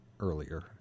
earlier